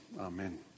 Amen